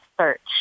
search